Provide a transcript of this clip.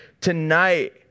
tonight